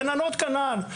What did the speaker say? גננות, כנ"ל.